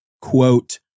quote